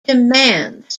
demands